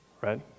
right